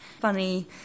funny